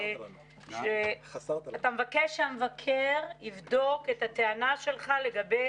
אתה מבקש שהמבקר יבדוק את הטענה שלך לגבי